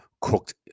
cooked